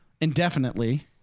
indefinitely